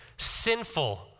sinful